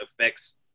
affects